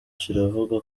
kiravuga